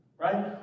right